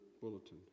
bulletin